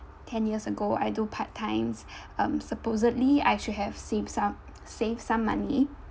ten years ago I do part times um supposedly I should have saved some saved some money